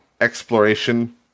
exploration